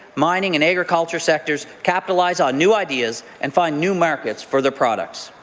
mining, and agriculture sectors capitalize on new ideas and find new markets for their products.